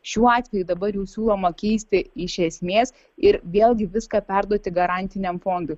šiuo atveju dabar jau siūloma keisti iš esmės ir vėlgi viską perduoti garantiniam fondui